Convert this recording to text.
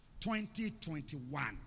2021